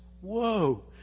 whoa